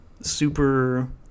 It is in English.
super